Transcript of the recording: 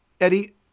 Eddie